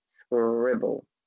scribble